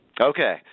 Okay